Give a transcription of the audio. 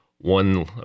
one